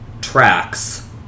tracks